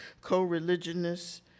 co-religionists